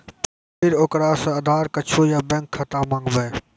फिर ओकरा से आधार कद्दू या बैंक खाता माँगबै?